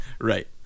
Right